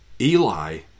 Eli